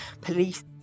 police